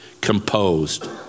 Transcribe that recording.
composed